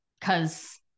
Cause